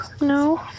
No